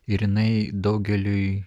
ir jinai daugeliui